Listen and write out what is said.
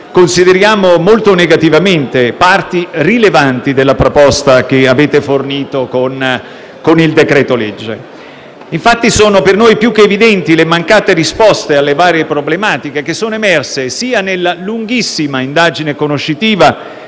consideriamo molto negativamente parti rilevanti della proposta che avete fornito con questo decreto-legge. Sono per noi più che evidenti, infatti, le mancate risposte alle varie problematiche emerse sia nella lunghissima indagine conoscitiva